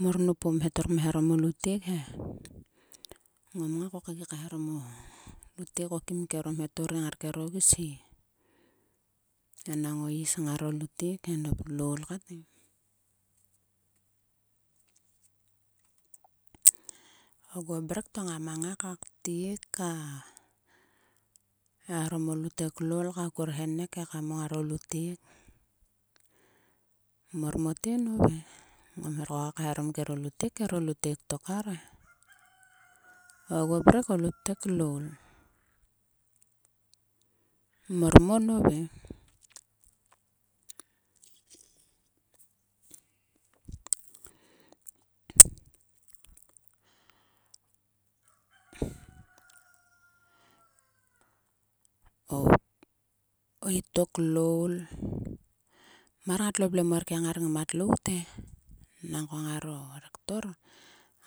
Mor nop o mhetor kmeharom o lutek he. Ngom ngai kok gi kaehaarom o lutek kim kim kero mhetor ri ngar kero gis he. Enang o is ngaro lutekhe nop loul kat e. Oguo mrek to ngam ngai ka ktek ka charom o lutek loul ka kur henek ekam ngaro lutek. Mor mote nove. Ngom her koka kaeharomkero lutek. Kero lutek tok arche. oguo mrek o lutek loul. Mor mo nove. o itok loul. Mar ngatlo vle mo erkieng a rengmat lout e. Nangko ngaro rektor